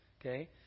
okay